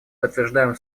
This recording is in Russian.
подтверждаем